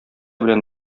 белән